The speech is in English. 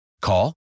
Call